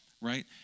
right